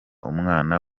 umwana